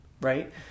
right